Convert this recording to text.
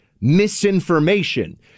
misinformation